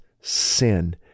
sin